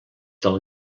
del